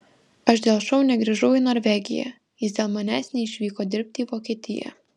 aš dėl šou negrįžau į norvegiją jis dėl manęs neišvyko dirbti į vokietiją